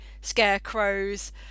scarecrows